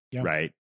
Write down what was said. Right